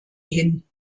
hin